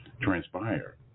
transpire